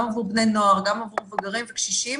בני נוער וגם עבור בוגרים וקשישים